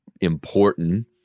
important